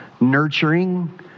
Nurturing